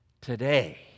today